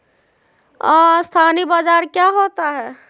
अस्थानी बाजार क्या होता है?